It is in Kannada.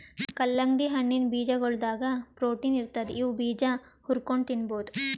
ಕಲ್ಲಂಗಡಿ ಹಣ್ಣಿನ್ ಬೀಜಾಗೋಳದಾಗ ಪ್ರೊಟೀನ್ ಇರ್ತದ್ ಇವ್ ಬೀಜಾ ಹುರ್ಕೊಂಡ್ ತಿನ್ಬಹುದ್